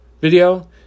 video